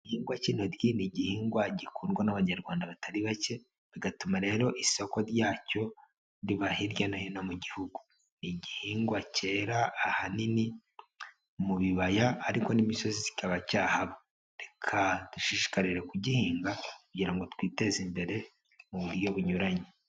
Igihingwa k'ininintoryi ni igihingwa gikundwa n'Abanyarwanda batari bake bigatuma rero isoko ryacyo riba hirya no hino mu gihugu. Igihingwa cyera ahanini mu bibaya ariko n'imusozi kikaba cyahaba, reka dushishikarire kugihinga kugira ngo twiteze imbere mu buryo bunyuranye.